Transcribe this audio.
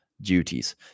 duties